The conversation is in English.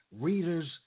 readers